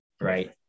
right